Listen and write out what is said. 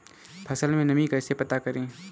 फसल में नमी कैसे पता करते हैं?